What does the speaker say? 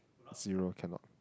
zero cannot